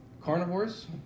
Carnivores